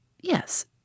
Yes